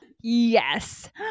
Yes